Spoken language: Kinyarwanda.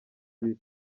biri